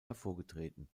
hervorgetreten